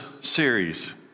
series